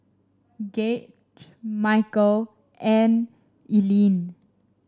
Gauge Michele and Eileen